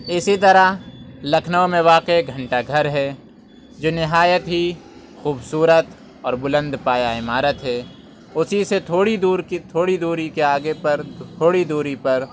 اسی طرح لکھنؤ میں واقع ایک گھنٹہ گھر ہے جو نہایت ہی خوبصورت اور بلند پایہ عمارت ہے اسی سے تھوڑی دور کی تھوڑی دوری کے آگے پر تھوڑی دوری پر